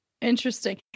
Interesting